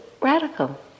radical